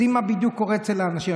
יודעים מה בדיוק קורה אצל אנשים.